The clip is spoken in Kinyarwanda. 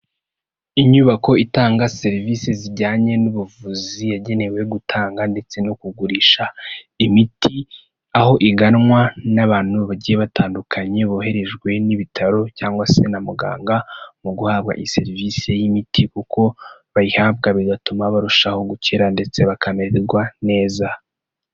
Inyubako itanga serivise zijyanye n'ubuvuzi, yagenewe gutanga ndetse no kugurisha imiti aho iganwa n'abantu bagiye batandukanye boherejwe n'ibitaro cyangwa se na muganga mu guhabwa iyi serivise y'imiti kuko bayihabwa bigatuma barushaho gukira ndetse bakamererwa neza.